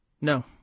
No